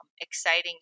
exciting